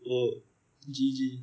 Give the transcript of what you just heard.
oh G G